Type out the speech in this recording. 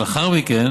ולאחר מכן